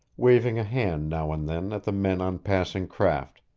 waving a hand now and then at the men on passing craft,